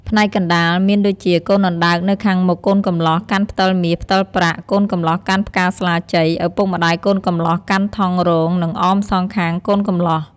ផ្នែកកណ្តាល មានដូចជាកូនអណ្តើកនៅខាងមុខកូនកំលោះកាន់ផ្តិលមាសផ្តិលប្រាក់ កូនកំលោះកាន់ផ្កាស្លាជ័យ ឪពុកម្តាយកូនកំលោះកាន់ថង់រងនៅអមសងខាងកូនកំលោះ។